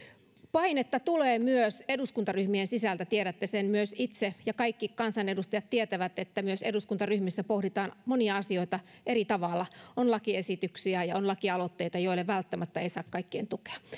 painetta tulee myös eduskuntaryhmien sisältä tiedätte sen myös itse ja kaikki kansanedustajat tietävät että myös eduskuntaryhmissä pohditaan monia asioita eri tavoin on lakiesityksiä ja ja on lakialoitteita joille välttämättä ei saa kaikkien tukea